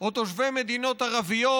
או תושבי מדינות ערביות.